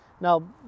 Now